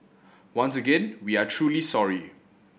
once again we are truly sorry